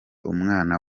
umwana